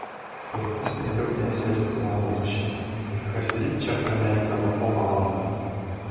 kur kas mieliau tęsė ritualą duše ir kasryt čia praleisdavo po valandą